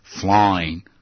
flying